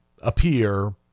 appear